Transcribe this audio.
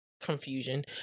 confusion